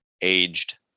aged